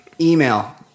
Email